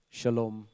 Shalom